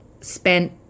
spent